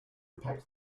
packed